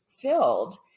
filled